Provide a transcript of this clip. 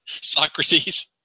Socrates